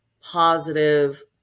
positive